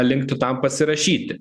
linktų tam pasirašyti